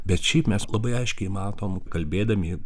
bet šiaip mes labai aiškiai matom kalbėdami